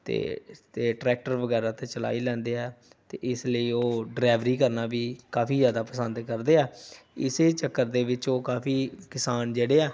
ਅਤੇ ਅਤੇ ਟਰੈਕਟਰ ਵਗੈਰਾ 'ਤੇ ਚਲਾ ਹੀ ਲੈਂਦੇ ਆ ਅਤੇ ਇਸ ਲਈ ਉਹ ਡਰਾਈਵਰੀ ਕਰਨਾ ਵੀ ਕਾਫੀ ਜ਼ਿਆਦਾ ਪਸੰਦ ਕਰਦੇ ਆ ਇਸੇ ਚੱਕਰ ਦੇ ਵਿੱਚ ਉਹ ਕਾਫੀ ਕਿਸਾਨ ਜਿਹੜੇ ਆ